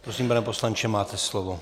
Prosím, pane poslanče, máte slovo.